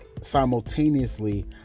simultaneously